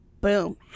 boom